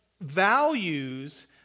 values